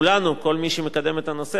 כל מי שמקדם את הנושא הזה מקווה,